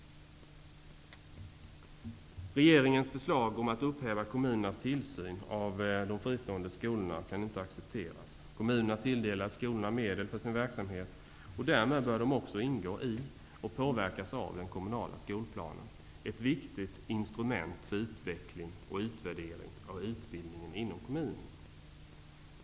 Regeringens förslag om att upphäva kommunernas tillsyn av de fristående skolorna kan inte accepteras. Kommunerna tilldelar skolorna medel för sin verksamhet, och därmed bör de också ingå i och påverkas av den kommunala skolplanen -- ett viktigt instrument för utveckling och utvärdering av utbildningen inom kommunen.